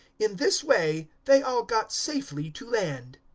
in this way they all got safely to land.